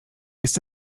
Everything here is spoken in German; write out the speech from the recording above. ist